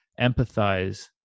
empathize